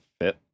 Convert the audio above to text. fit